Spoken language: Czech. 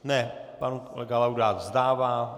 Ne, pan kolega Laudát vzdává.